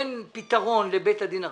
אין פתרון לבית הדין הרבני,